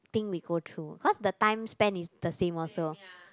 thing we go through because the time spend is the same also